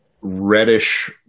reddish